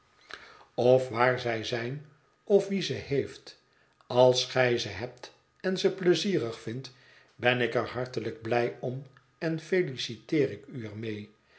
of waar zij zijn of wie ze heeft als gij ze hebt en ze pleizierig vindt ben ik er hartelijk blij om en feliciteer ik u er mee